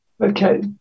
Okay